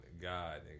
god